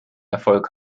erfolg